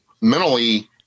mentally